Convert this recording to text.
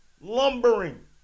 lumbering